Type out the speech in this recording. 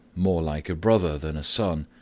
more like a brother than a son,